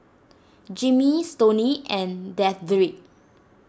Jeremy Stoney and Dedric